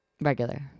regular